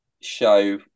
show